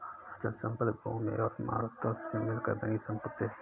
अचल संपत्ति भूमि और इमारतों से मिलकर बनी संपत्ति है